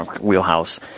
wheelhouse